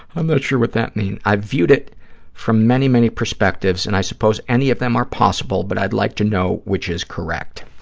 i'm not sure what that means. i'd view it from many, many perspectives, and i suppose any of them are possible, but i'd like to know which is correct.